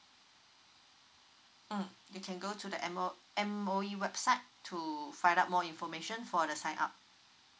mm you can go to the M_O~ M_O_E website to find out more information for the sign up